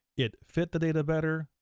it fit the data better,